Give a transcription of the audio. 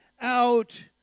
out